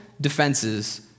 defenses